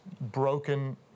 broken